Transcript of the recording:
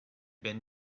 been